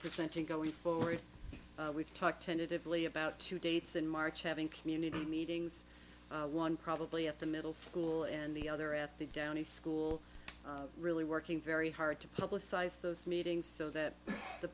presenting go for it we've talked tentatively about two dates in march having community meetings one probably at the middle school and the other at the downey school really working very hard to publicize those meetings so that the